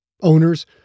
Owners